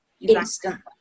instantly